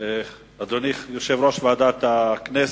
אדוני יושב-ראש ועדת הכנסת,